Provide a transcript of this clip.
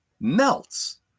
melts